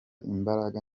imbaraga